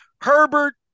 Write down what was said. Herbert